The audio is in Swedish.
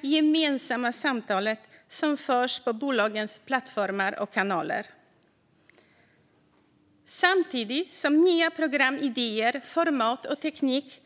gemensamma offentliga samtal som förs på bolagens plattformar och i deras kanaler. Samtidigt utvecklas ständigt nya programidéer och format och ny teknik.